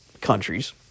countries